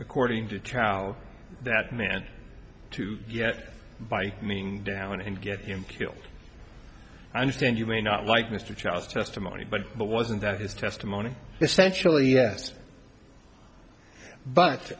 according to trout that man to yet by moving down and get him killed i understand you may not like mr charles testimony but the wasn't that his testimony essentially yes but